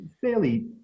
fairly